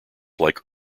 like